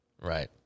right